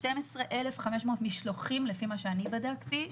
12.5 אלף משלוחים לפי מה שאני בדקתי,